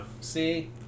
See